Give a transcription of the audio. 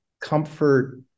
comfort